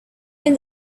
been